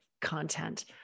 content